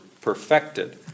perfected